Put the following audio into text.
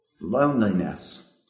loneliness